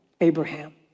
Abraham